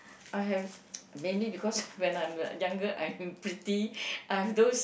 I have mainly because when I was younger I was pretty I've those